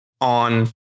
On